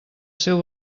seu